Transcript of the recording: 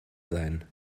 sein